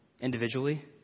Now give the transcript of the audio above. individually